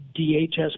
DHS